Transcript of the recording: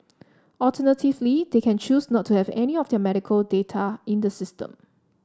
alternatively they can choose not to have any of their medical data in the system